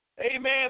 Amen